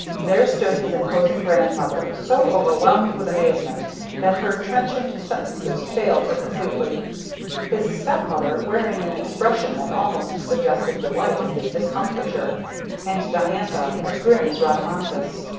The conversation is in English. there stood his imposing grandmother, so overwhelmed with amazement that her trenchant sentences failed her completely his stepmother, wearing an expression that almost suggested delight in his discomfiture and diantha, as grim as rhadamanthus.